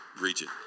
region